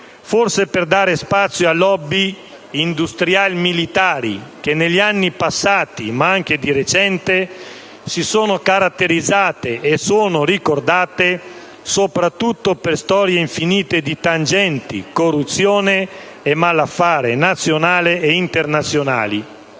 Forse per dare spazio a *lobby* industrial-militari, che negli anni passati, ma anche di recente, si sono caratterizzate e sono ricordate soprattutto per storie infinite di tangenti, corruzioni e malaffare, nazionali e internazionali?